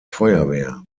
feuerwehr